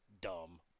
dumb